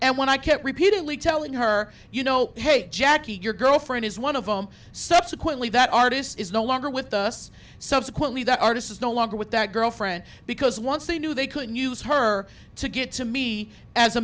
and when i kept repeatedly telling her you know hate jackie your girlfriend is one of them subsequently that artists is no longer with us subsequently that artist is no longer with that girl friend because once they knew they couldn't use her to get to me as a